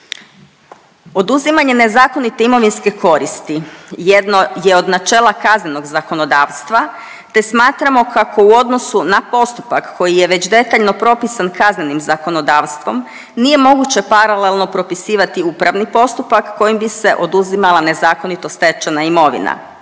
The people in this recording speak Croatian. Oduzimanje nezakonite imovinske koristi jedno je od načela kaznenog zakonodavstva, te smatramo kako u odnosu na postupak koji je već detaljno propisan kaznenim zakonodavstvom nije moguće paralelno propisivati upravni postupak kojim bi se oduzimala nezakonito stečena imovina.